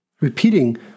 Repeating